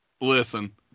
Listen